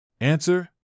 Answer